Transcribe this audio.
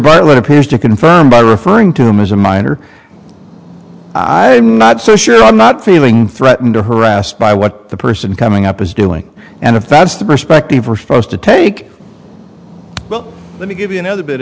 what appears to confirm by referring to him as a minor i am not so sure i'm not feeling threatened or harassed by what the person coming up is doing and if that's the perspective we're supposed to take well let me give you another bit